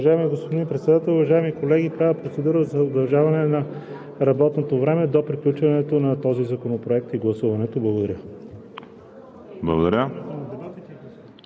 Уважаеми господин Председател, уважаеми колеги! Правя процедура за удължаване на работното време до приключването на този законопроект и гласуването. Благодаря.